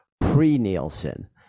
pre-Nielsen